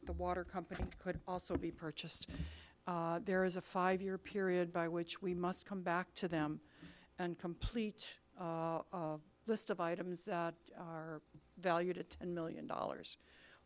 that the water company could also be purchased there is a five year period by which we must come back to them and complete list of items are valued at ten million dollars